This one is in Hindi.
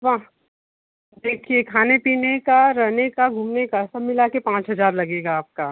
वह देखिए खाने पीने का रहने का घूमने का सब मिला के पाँच हजार लगेगा आपका